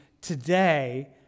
today